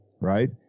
Right